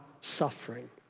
suffering